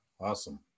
Awesome